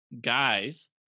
guys